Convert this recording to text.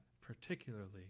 particularly